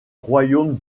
royaume